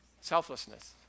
selflessness